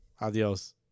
Adios